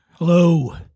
Hello